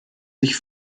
sich